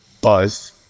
buzz